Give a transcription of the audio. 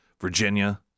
Virginia